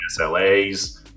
SLAs